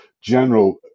general